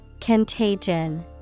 Contagion